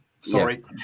Sorry